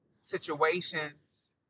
situations